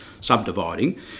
subdividing